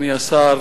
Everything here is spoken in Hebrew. אדוני השר,